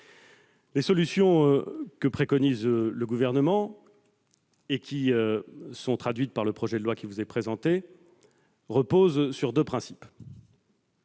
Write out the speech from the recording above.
Les solutions que préconise le Gouvernement, qui trouvent leur traduction dans le projet de loi qui vous est présenté, reposent sur deux principes.